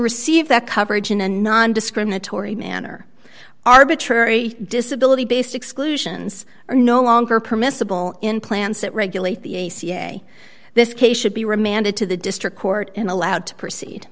receive that coverage in a nondiscriminatory manner arbitrary disability based exclusions are no longer permissible in plans that regulate the way this case should be remanded to the district court and allowed to proceed